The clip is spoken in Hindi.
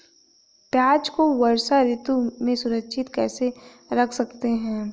प्याज़ को वर्षा ऋतु में सुरक्षित कैसे रख सकते हैं?